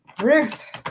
Ruth